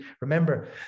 Remember